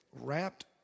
wrapped